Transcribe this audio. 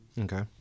Okay